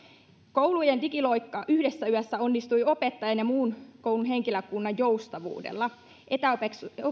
koulujen digiloikka yhdessä yössä onnistui opettajien ja muun koulun henkilökunnan joustavuudella